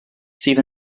sydd